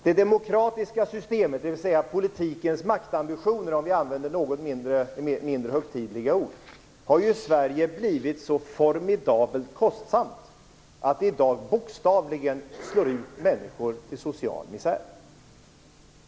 Det demokratiska systemet, dvs. politikens maktambitioner, om vi använder något mindre högtidliga ord, har i Sverige blivit så formidabelt kostsamt att det i dag bokstavligen slår ut människor till social misär.